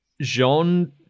Jean